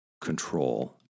control